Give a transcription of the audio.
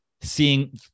seeing